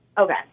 Okay